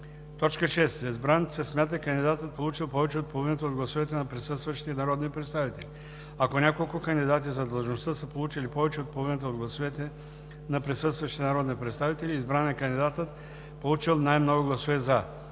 6. За избран се смята кандидатът, получил повече от половината от гласовете на присъстващите народни представители. Ако няколко кандидати за длъжността са получили повече от половината от гласовете на присъстващите народни представители, избран е кандидатът, получил най-много гласове „за“.